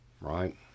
right